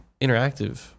interactive